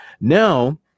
now